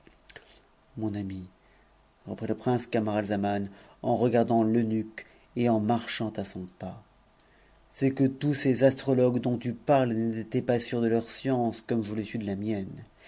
mon ami reprit le prince camaralzaman en regardant l'eunuque ton marchant à son pas c'est que tous ces astrologues dont tu parles paient pas sûrs de leur science comme je le suis de la mienne